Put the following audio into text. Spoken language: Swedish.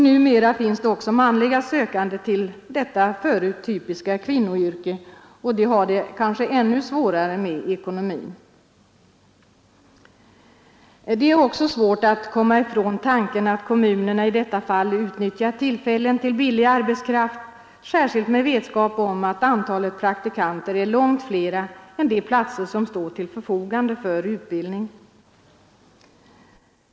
Numera finns också manliga sökande till detta förut typiska kvinnoyrke, och de har det kanske ännu svårare med ekonomin. Det är svårt att komma ifrån tanken att kommunerna i detta fall utnyttjar tillfällen till billig arbetskraft, särskilt med vetskap om att antalet praktikanter är långt större än antalet platser som står till förfogande för utbildning.